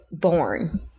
born